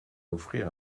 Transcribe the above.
offrir